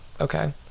okay